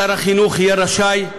שר החינוך יהיה רשאי,